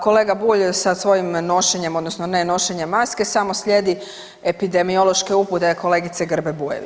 Kolega Bulj sa svojim nošenjem odnosno ne nošenjem maske samo slijedi epidemiološke upute kolegice Grbe Bujević.